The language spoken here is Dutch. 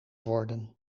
worden